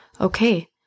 okay